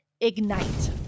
Ignite